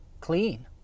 clean